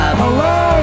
hello